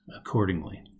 accordingly